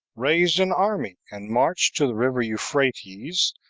raised an army, and marched to the river euphrates,